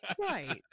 right